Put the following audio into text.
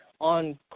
on